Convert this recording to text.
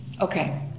Okay